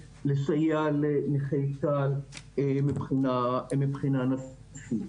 לסייע לנכי צה"ל מבחינה נפשית.